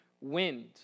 wind